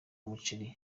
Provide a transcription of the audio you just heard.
umuceri